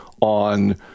on